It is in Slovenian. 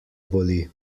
boli